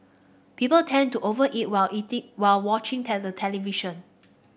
people tend to over eat while eating while watching television